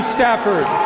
Stafford